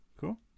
cool